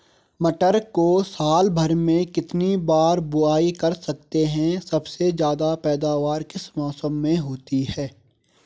मटर को साल भर में कितनी बार बुआई कर सकते हैं सबसे ज़्यादा पैदावार किस मौसम में होती है?